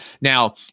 Now